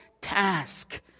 task